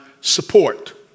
support